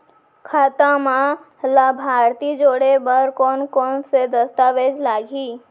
खाता म लाभार्थी जोड़े बर कोन कोन स दस्तावेज लागही?